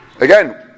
again